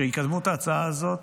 שיקדמו את ההצעה הזאת